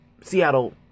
Seattle